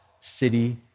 city